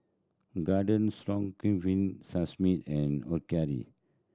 Garden Stroganoff Sashimi and